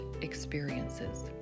experiences